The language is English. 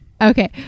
Okay